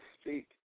speak